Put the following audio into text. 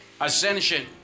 Ascension